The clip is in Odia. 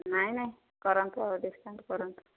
ନାହିଁ ନାହିଁ କରନ୍ତୁ ଆଉ ଡିସ୍କାଉଣ୍ଟ୍ କରନ୍ତୁ